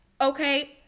Okay